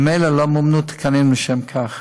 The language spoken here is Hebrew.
ממילא לא מומנו תקנים לשם כך,